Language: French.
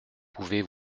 pouvez